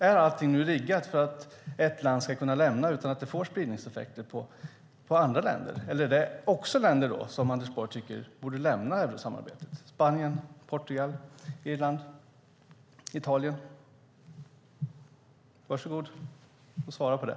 Är allting riggat för att ett land ska kunna lämna utan att det får spridningseffekter till andra länder? Finns det andra länder som Anders Borg tycker borde lämna eurosamarbetet - Spanien, Portugal, Irland, Italien? Varsågod och svara på det!